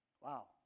Wow